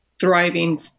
thriving